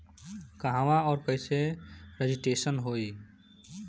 कहवा और कईसे रजिटेशन होई?